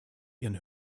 ihren